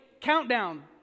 countdown